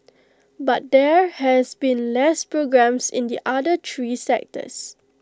but there has been less programs in the other three sectors